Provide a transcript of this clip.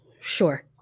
sure